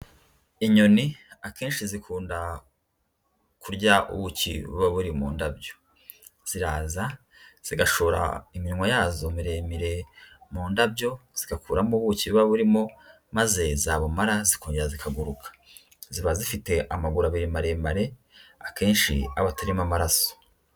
Inyoni akenshi zikunda kurya ubuki buba buri mu ndabyo. Ziraza zigashora iminwa yazo miremire mu ndabyo, zigakuramo ubuki buba burimo, maze zabumara zikongera zikaguruka. Ziba zifite amaguru abiri maremare, akenshi aba atarimo amaraso.